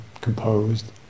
composed